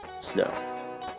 snow